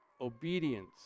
obedience